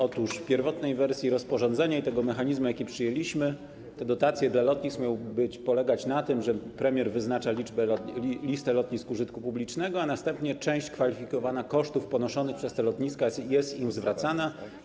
Otóż w pierwotnej wersji rozporządzenia i tego mechanizmu, jaki przyjęliśmy, dotacje dla lotnisk miały polegać na tym, że premier wyznacza listę lotnisk użytku publicznego, a następnie część kwalifikowana kosztów ponoszonych przez te lotniska jest im zwracana.